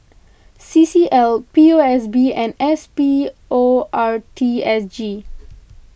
C C L P O S B and S P O R T S G